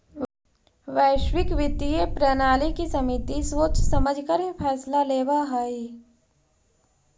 वैश्विक वित्तीय प्रणाली की समिति सोच समझकर ही फैसला लेवअ हई